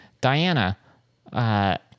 Diana